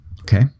Okay